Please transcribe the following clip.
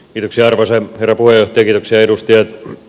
arvoisa herra puheenjohtaja